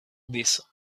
this